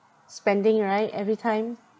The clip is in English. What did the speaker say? spending right everytime